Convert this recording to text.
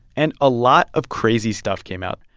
and a lot of crazy stuff came out.